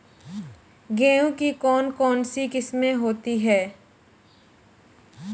गेहूँ की कौन कौनसी किस्में होती है?